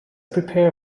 prepare